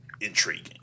intriguing